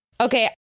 Okay